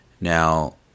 Now